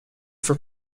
for